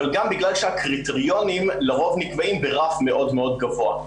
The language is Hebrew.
אבל גם בגלל שהקריטריונים לרוב נקבעים ברף מאוד גבוה.